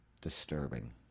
disturbing